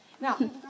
Now